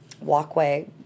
walkway